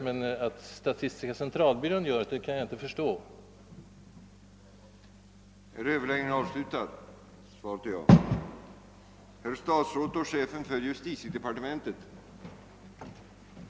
Men att statistiska centralbyrån gör det, kan jag inte lika lätt förstå.